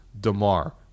DeMar